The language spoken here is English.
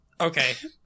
Okay